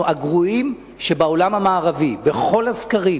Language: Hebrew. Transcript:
אנחנו הגרועים שבעולם המערבי בכל הסקרים.